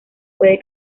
puede